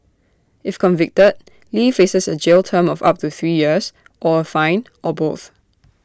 if convicted lee faces A jail term of up to three years or A fine or both